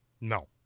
No